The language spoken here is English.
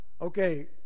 Okay